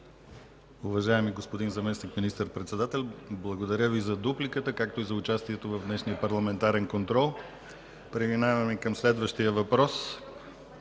Уважаеми господин Заместник министър-председател, благодаря Ви за дупликата, както и за участието в днешния парламентарен контрол. Преминаваме към следващия въпрос,